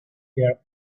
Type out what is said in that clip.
their